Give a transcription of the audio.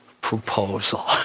proposal